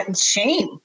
shame